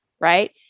right